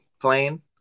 playing